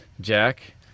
Jack